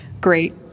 great